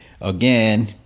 again